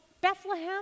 Bethlehem